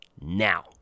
now